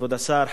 כבוד השר,